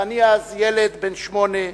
ואני אז ילד בן שמונה,